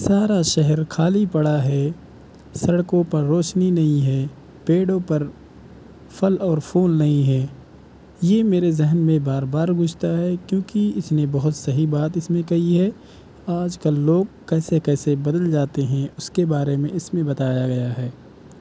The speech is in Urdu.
سارا شہر خالی پڑا ہے سڑکوں پر روشنی نہیں ہے پیڑوں پر پھل اور پھول نہیں ہیں یہ میرے ذہن میں بار بار گونجتا ہے کیوںکہ اس نے بہت صحیح بات اس میں کہی ہے آج کل لوگ کیسے کیسے بدل جاتے ہیں اس کے بارے میں اس میں بتایا گیا ہے